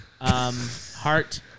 Heart